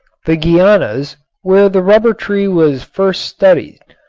the guianas where the rubber tree was first studied,